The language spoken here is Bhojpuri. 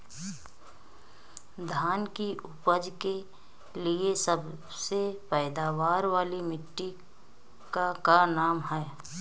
धान की उपज के लिए सबसे पैदावार वाली मिट्टी क का नाम ह?